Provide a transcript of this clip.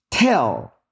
Tell